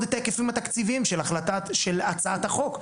את ההיקפים התקציביים של הצעת החוק.